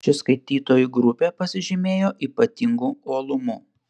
ši skaitytojų grupė pasižymėjo ypatingu uolumu